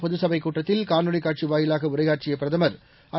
பொதுச்சபை கூட்டத்தில் காணொளிக்காட்சி வாயிலாக உரையாற்றிய பிரதமர் ஐ